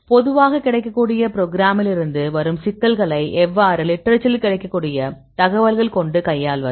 பொதுவாக கிடைக்கக்கூடிய ப்ரோக்ராமிலிருந்து வரும் சிக்கல்களை எவ்வாறு லிட்றச்சரில் கிடைக்கக்கூடிய தகவல்கள் கொண்டு கையாள்வது